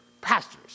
Pastors